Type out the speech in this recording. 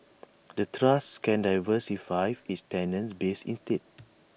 the trust can diversify its tenant base instead